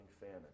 famine